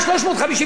ממי?